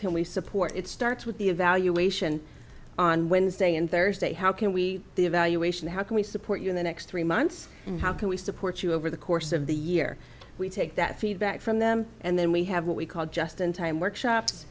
can we support it starts with the evaluation on wednesday and thursday how can we the evaluation how can we support you in the next three months and how can we support you over the course of the year we take that feedback from them and then we have what we call just in time workshops